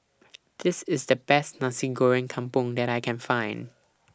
This IS The Best Nasi Goreng Kampung that I Can Find